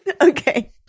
Okay